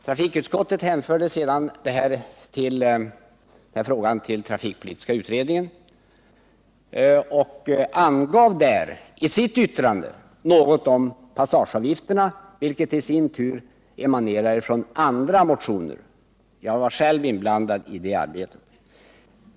Trafikutskottet hänvisade sedan frågan till trafikpolitiska utredningen och anförde i sitt betänkande något om passageavgifterna, vilket hade emanerat från andra motioner. Jag var själv inblandad i utredningsarbetet.